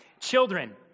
Children